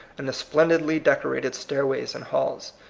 and the splendidly decorated stairways and halls.